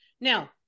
Now